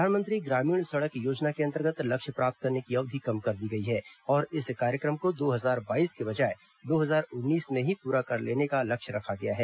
प्रधानमंत्री ग्रामीण सड़क योजना के अंतर्गत लक्ष्य प्राप्त करने की अवधि कम कर दी गई है और इस कार्यक्रम को दो हजार बाईस के बजाय दो हजार उन्नीस में ही पूरा कर लेने का लक्ष्य रखा गया है